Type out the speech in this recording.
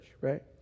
right